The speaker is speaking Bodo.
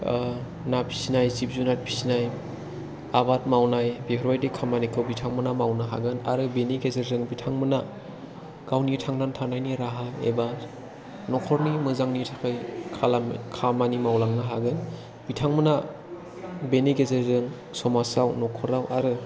ना फिसिनाय जिब जुनार फिसिनाय आबाद मावनाय बेफोरबायदि खामानिखौ बिथांमोना मावनो हागोन आरो बेनि गेजेरजों बिथांमोना गावनि थांनानै थानायनि राहा एबा न'खरनि मोजांनि थाखाय खालामनो खामानि मावलांनो हागोन बिथांमोना बेनि गेजेरजों समाजाव न'खराव आरो